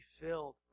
filled